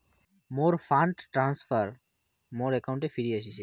মোর fund transfer মোর অ্যাকাউন্টে ফিরি আশিসে